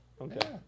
Okay